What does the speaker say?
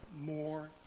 more